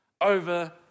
over